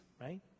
right